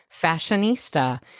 fashionista